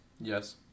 Yes